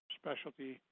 specialty